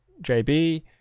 JB